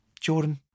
Jordan